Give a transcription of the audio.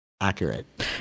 accurate